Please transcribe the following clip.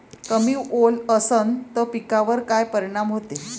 कमी ओल असनं त पिकावर काय परिनाम होते?